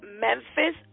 Memphis